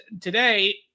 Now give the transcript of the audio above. today